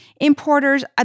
importers